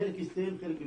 חלק הסתיים וחלק בביצוע.